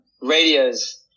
radios